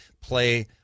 play